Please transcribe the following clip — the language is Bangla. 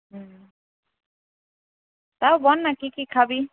হুম তাও বল না কি কি খাবি